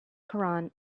koran